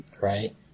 Right